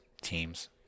teams